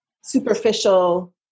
superficial